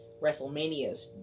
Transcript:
WrestleManias